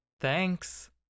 Thanks